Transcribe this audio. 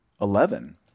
eleven